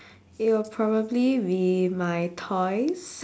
it will probably be my toys